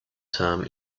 term